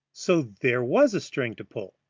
so there was a string to pull!